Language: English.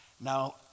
Now